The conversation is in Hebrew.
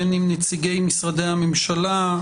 בין אם נציגי משרדי הממשלה,